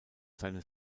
seines